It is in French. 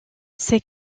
ses